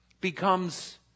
becomes